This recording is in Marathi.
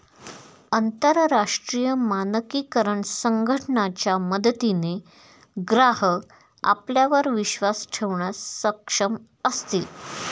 अंतरराष्ट्रीय मानकीकरण संघटना च्या मदतीने ग्राहक आपल्यावर विश्वास ठेवण्यास सक्षम असतील